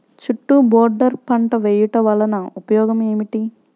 చుట్టూ బోర్డర్ పంట వేయుట వలన ఉపయోగం ఏమిటి?